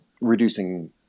reducing